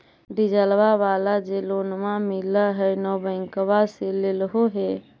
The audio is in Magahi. डिजलवा वाला जे लोनवा मिल है नै बैंकवा से लेलहो हे?